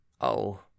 Oh